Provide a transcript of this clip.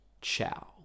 Ciao